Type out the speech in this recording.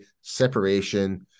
separation